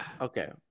Okay